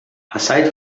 aside